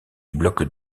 blocs